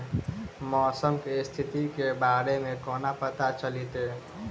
मौसम केँ स्थिति केँ बारे मे कोना पत्ता चलितै?